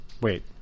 wait